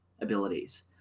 abilities